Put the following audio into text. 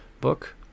book